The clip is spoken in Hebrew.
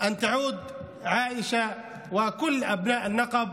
מה שנדרש זה שעאישה וכל בני הנגב